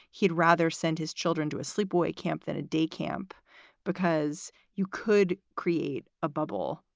he'd rather send his children to a sleep away camp than a day camp because you could create a bubble.